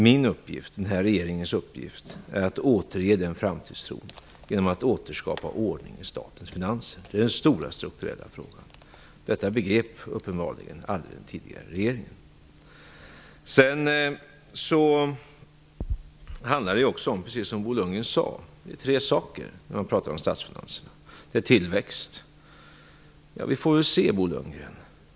Min och regeringens uppgift är att återge den framtidstron genom att återskapa ordning i statens finanser. Det är den stora strukturella frågan. Detta begrep uppenbarligen aldrig den tidigare regeringen. Det handlar om tre saker när vi pratar om statsfinanserna, precis som Bo Lundgren sade. Det första är tillväxt.